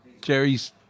Jerry's